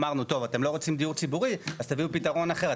אמרנו טוב אתם לא רוצים דיור ציבורי אז תביאו פתרון אחר,